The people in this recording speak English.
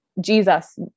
Jesus